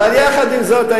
יחד עם זאת,